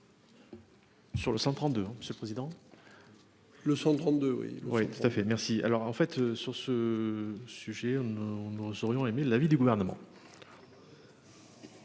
Sur le 132 ce le président. Le 132 oui. Oui tout à fait. Merci. Alors en fait sur ce sujet. On nous en serions Émile l'avis du gouvernement.